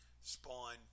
spawn